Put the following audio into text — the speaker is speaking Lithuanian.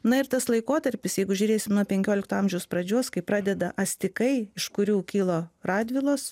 na ir tas laikotarpis jeigu žiūrėsim nuo penkiolikto amžiaus pradžios kai pradeda astikai iš kurių kilo radvilos